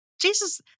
Jesus